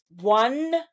one